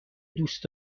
دوست